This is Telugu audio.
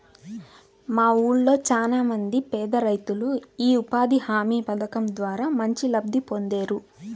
మా ఊళ్ళో చానా మంది పేదరైతులు యీ ఉపాధి హామీ పథకం ద్వారా మంచి లబ్ధి పొందేరు